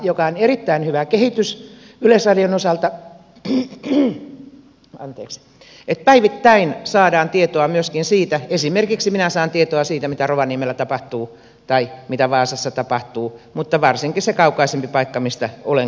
on erittäin hyvä kehitys yleisradion osalta että päivittäin saadaan tietoa myöskin siitä esimerkiksi minä saan tietoa siitä mitä rovaniemellä tapahtuu tai mitä vaasassa tapahtuu mutta varsinkin mitä tapahtuu siellä kaukaisemmalla paikalla mistä olen kotoisin